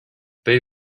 they